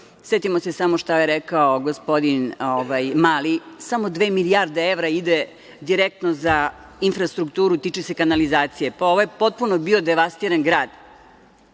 se samo šta je rekao gospodin Mali, samo dve milijarde evra ide direktno za infrastrukturu, tiče se kanalizacije. Ovo je bio potpuno devastiran